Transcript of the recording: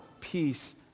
peace